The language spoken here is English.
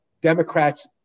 Democrats